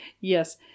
Yes